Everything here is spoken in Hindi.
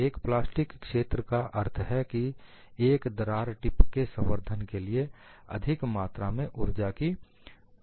एक प्लास्टिक क्षेत्र का अर्थ है कि एक दरार टिप के संवर्धन के लिए अधिक मात्रा में ऊर्जा की आवश्यकता है